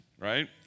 right